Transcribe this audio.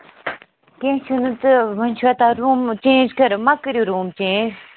کیٚنٛہہ چھُنہٕ تہٕ وٕنۍ چھُوا تۄہہِ روٗمہٕ چینٛج کَرُن مَہ کٔرِو روٗم چینٛج